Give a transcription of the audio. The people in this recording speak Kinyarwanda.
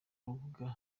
rubuga